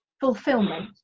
fulfillment